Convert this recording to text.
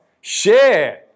share